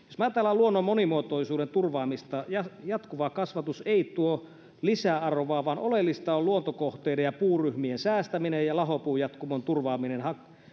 ajattelemme luonnon monimuotoisuuden turvaamista jatkuva kasvatus ei tuo lisäarvoa vaan oleellista on luontokohteiden ja puuryhmien säästäminen ja lahopuujatkumon turvaaminen